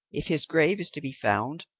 if his grave is to be found,